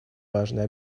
важные